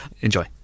Enjoy